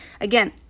Again